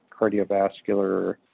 cardiovascular